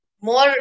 more